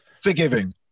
Forgiving